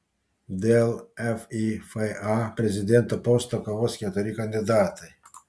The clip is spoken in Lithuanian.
dėl fifa prezidento posto kovos keturi kandidatai